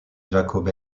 jakob